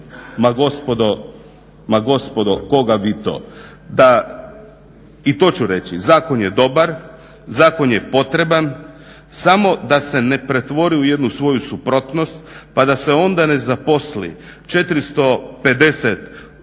pro bono. Ma gospodo, koga vi to. I to ću reći, zakon je dobar, zakon je potreban, samo da se ne pretvori u jednu svoju suprotnost pa da se onda ne zaposli 450 pod